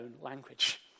language